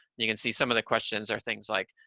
you can see some of the questions are things like,